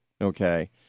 okay